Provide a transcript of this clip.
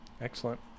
Excellent